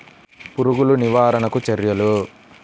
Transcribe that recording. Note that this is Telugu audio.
పురుగులు నివారణకు చర్యలు?